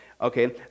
okay